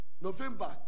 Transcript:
November